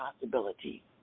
possibility